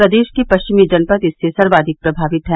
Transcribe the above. प्रदेश के परिचमी जनपद इससे सर्वाधिक प्रमावित है